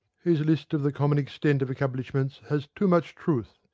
his list of the common extent of accomplishments has too much truth.